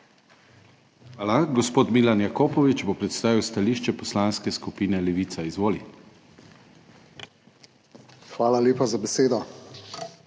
Hvala. Gospod Milan Jakopovič bo predstavil stališče Poslanske skupine Levica. Izvoli. **MILAN JAKOPOVIČ